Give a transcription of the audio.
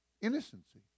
innocency